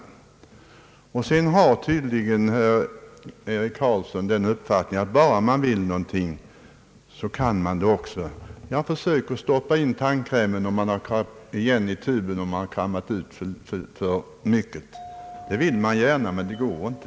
Herr Eric Carlsson har tydligen haft den uppfattningen att man kan göra någonting bara man vill det. Försök då att stoppa in tandkrämen i tuben igen sedan man kramat ut den för mycket! Det vill man gärna, men det går inte.